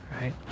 right